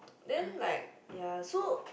then like ya so